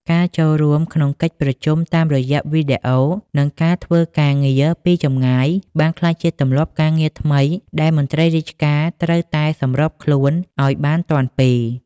ការចូលរួមក្នុងកិច្ចប្រជុំតាមរយៈវីដេអូ និងការធ្វើការងារពីចម្ងាយ បានក្លាយជាទម្លាប់ការងារថ្មីដែលមន្ត្រីរាជការត្រូវតែសម្របខ្លួនឱ្យបានទាន់ពេល។